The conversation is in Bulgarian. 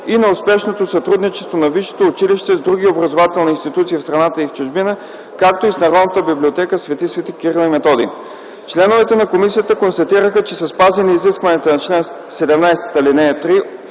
и на успешното сътрудничество на висшето училище с други образователни институции в страната и чужбина, както и с Народната библиотека „Св. св. Кирил и Методий”. Членовете на комисията констатираха, че са спазени изискванията на чл. 17, ал. 3